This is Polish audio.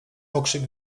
okrzyk